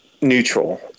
neutral